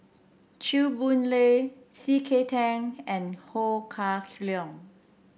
Chew Boon Lay C K Tang and Ho Kah Leong